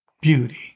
beauty